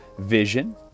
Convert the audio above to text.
vision